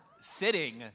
sitting